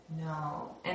No